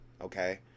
okay